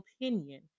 opinion